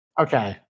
Okay